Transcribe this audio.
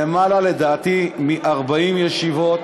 לדעתי, יותר מ-40 ישיבות.